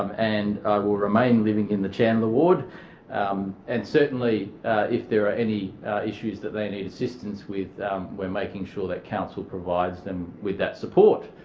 um and will remain living in the chandler ward um and certainly if there are any issues that they need assistance with we're making sure that council provides them with that support.